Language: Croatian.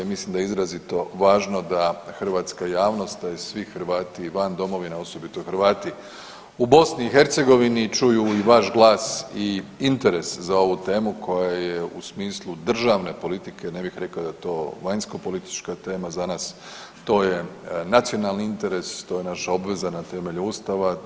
Mislim da je izrazito da hrvatska javnost, a i svi Hrvati van domovine osobito Hrvati u BiH čuju i vaš glas i interes za ovu temu koja je u smislu državne politike, ne bih rekao da je to vanjskopolitička tema za nas, to je nacionalni interes, to je naša obveza na temelju Ustava.